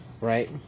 Right